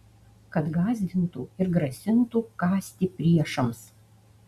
kad gąsdintų ir grasintų kąsti priešams